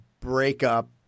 breakup